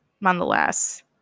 nonetheless